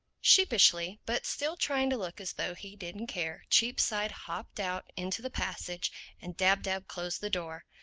sheepishly, but still trying to look as though he didn't care, cheapside hopped out into the passage and dab-dab closed the door.